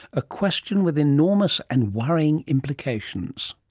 a question with enormous and worrying implications.